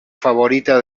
favorita